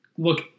Look